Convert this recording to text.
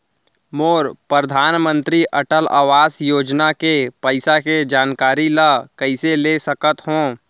मोर परधानमंतरी अटल आवास योजना के पइसा के जानकारी ल कइसे ले सकत हो?